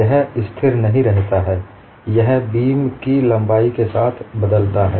यह स्थिर नहीं रहता है यह बीम की लंबाई के साथ बदलता है